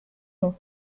non